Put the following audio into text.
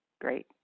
great